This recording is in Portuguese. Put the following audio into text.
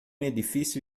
edifício